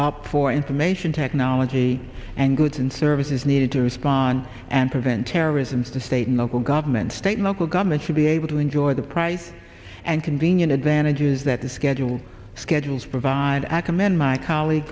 open for information technology and goods and services needed to respond and prevent terrorism to the state and local government state local government should be able to enjoy the price and convenient advantages that the schedule schedules provide akam in my colleague